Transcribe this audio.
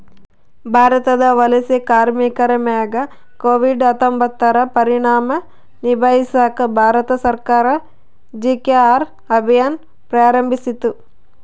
ಭಾರತದ ವಲಸೆ ಕಾರ್ಮಿಕರ ಮ್ಯಾಗ ಕೋವಿಡ್ ಹತ್ತೊಂಬತ್ತುರ ಪರಿಣಾಮ ನಿಭಾಯಿಸಾಕ ಭಾರತ ಸರ್ಕಾರ ಜಿ.ಕೆ.ಆರ್ ಅಭಿಯಾನ್ ಪ್ರಾರಂಭಿಸಿತು